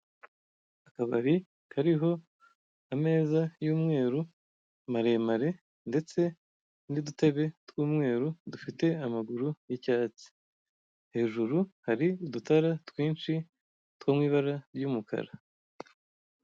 Akabari kariho ameza y'umweru maremare ndetse n'udutebe tw'umweru dufite amaguru y'icyatsi, hejuru hari udutara twinshi two mu ibara ry'umukara.